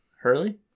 Hurley